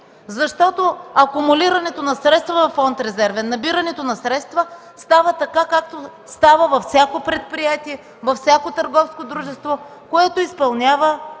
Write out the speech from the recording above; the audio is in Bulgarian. защото акумулирането на средства във фонд „Резервен”, набирането на средства става така, както става във всяко предприятие, във всяко търговско дружество, което изпълнява